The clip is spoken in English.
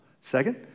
Second